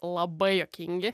labai juokingi